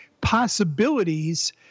possibilities